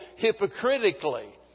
hypocritically